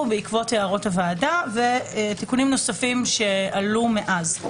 בעקבות הערות הוועדה ותיקונים נוספים שעלו מאז.